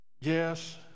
Yes